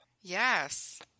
Yes